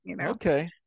Okay